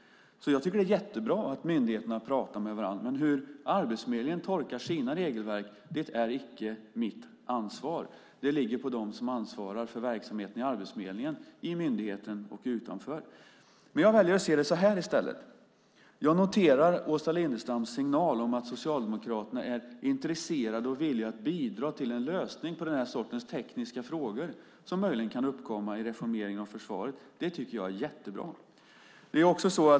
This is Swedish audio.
Jag tycker att det är jättebra att myndigheterna pratar med varandra. Men hur Arbetsförmedlingen tolkar sina regelverk är icke mitt ansvar. Det ligger på dem som ansvarar för verksamheten i Arbetsförmedlingen, i myndigheten och utanför. Jag väljer att se det så här i stället. Jag noterar Åsa Lindestams signal om att Socialdemokraterna är intresserade och villiga att bidra till en lösning på den här sortens tekniska frågor som möjligen kan uppkomma i reformeringen av försvaret. Det tycker jag är jättebra.